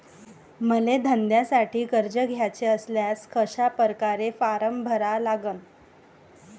मले धंद्यासाठी कर्ज घ्याचे असल्यास कशा परकारे फारम भरा लागन?